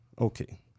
Okay